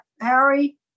Harry